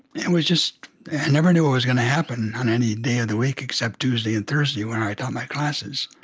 it was just i never knew what was going to happen on any day of the week, except tuesday and thursday when i dumped my classes.